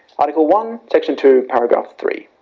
article one, section two, paragraph three.